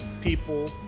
people